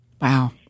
Wow